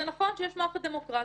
זה נכון שיש מערכת דמוקרטית,